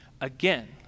again